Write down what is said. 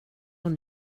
och